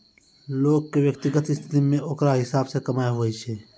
लोग के व्यक्तिगत स्थिति मे ओकरा हिसाब से कमाय हुवै छै